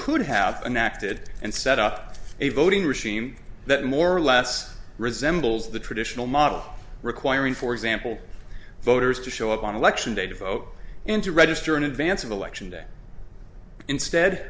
could have been acted and set up a voting regime that more or less resembles the traditional model requiring for example voters to show up on election day to vote and to register in advance of election day instead